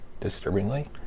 Disturbingly